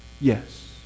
yes